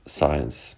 science